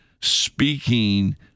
speaking